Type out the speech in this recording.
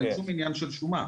אין שום עניין של שומה.